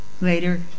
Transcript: later